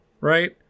right